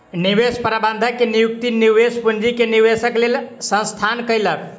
निवेश प्रबंधक के नियुक्ति निवेश पूंजी के निवेशक लेल संस्थान कयलक